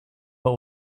but